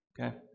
okay